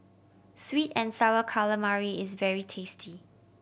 sweet and Sour Calamari is very tasty